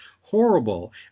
horrible